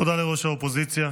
תודה לראש האופוזיציה.